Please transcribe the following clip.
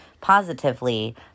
positively